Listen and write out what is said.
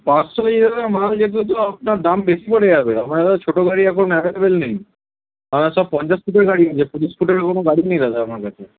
পাঁচশো কেজি এভাবে মাল দেখলে তো আপনার দাম বেশি পড়ে যাবে আপনারা ছোটো গাড়ি এখন অ্যাভেলেবেল নেই তারা সব পঞ্চাশ ফুটের গাড়ি যে তিরিশ ফুটের কোনো গাড়ি নেই দাদা আমার কাছে